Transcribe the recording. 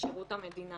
שירות המדינה